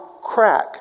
crack